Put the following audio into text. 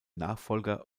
nachfolger